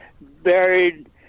buried